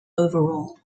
overall